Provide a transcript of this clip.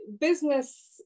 business